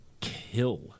kill